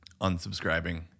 unsubscribing